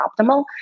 optimal